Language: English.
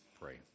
pray